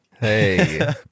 Hey